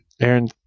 Aaron